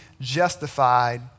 justified